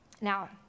Now